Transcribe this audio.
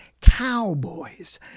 Cowboys